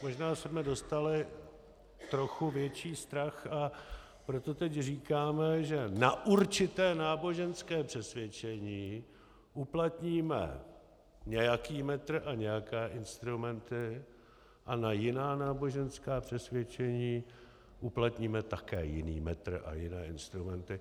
Možná jsme dostali trochu větší strach, a proto teď říkáme, že na určité náboženské přesvědčení uplatníme nějaký metr a nějaké instrumenty a na jiná náboženská přesvědčení uplatníme také jiný metr a jiné instrumenty.